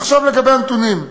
עכשיו לגבי הנתונים,